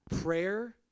Prayer